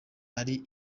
ari